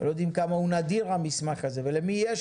ולא יודעים כמה הוא נדיר המסמך הזה ולמי יש